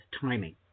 timing